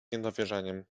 niedowierzaniem